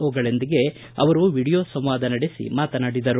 ಒಗಳೊಂದಿಗೆ ಅವರು ವೀಡಿಯೋ ಸಂವಾದ ನಡೆಸಿ ಮಾತನಾಡಿದರು